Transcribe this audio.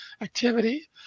activity